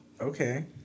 Okay